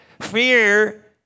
Fear